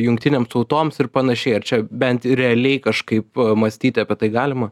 jungtinėms tautoms ir panašiai ar čia bent realiai kažkaip mąstyti apie tai galima